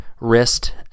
wrist